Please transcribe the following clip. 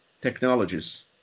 technologies